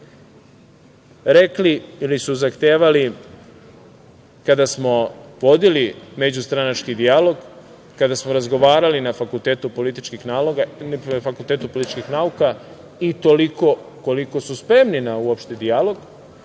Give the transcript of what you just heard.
rekli ili su zahtevali, kada smo vodili međustranački dijalog, kada smo razgovarali na Fakultetu političkih nauka, i toliko koliko su spremni na uopšte dijalog,